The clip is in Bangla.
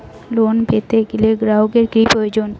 লোন পেতে গেলে গ্রাহকের কি প্রয়োজন?